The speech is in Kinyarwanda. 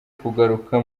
kugaruka